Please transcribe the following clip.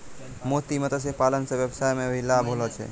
मोती मत्स्य पालन से वेवसाय मे भी लाभ होलो छै